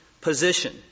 position